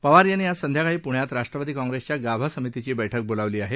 पवार यांनी आज संध्याकाळी पुण्यात राष्ट्रवादी काँग्रेसच्या गाभा समितीची बैठक बोलावली आहे